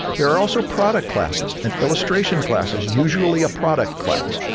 there are also product classes, and illustration class is usually a product class.